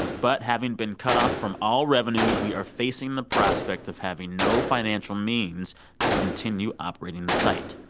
but having been cut off from all revenue, we are facing the prospect of having no financial means to continue operating the site.